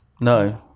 No